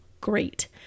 great